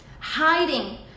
Hiding